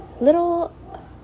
little